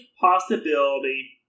possibility